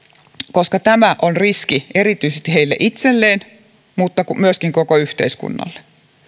koska tämä on riski erityisesti heille itselleen mutta myöskin koko yhteiskunnalle